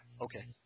Okay